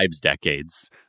decades